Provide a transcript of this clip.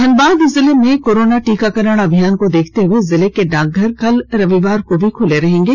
धनबाद जिले में कोरोना टीकाकरण अभियान को देखते हुए जिले के डाकघर कल रविवार को भी खुले रहेंगे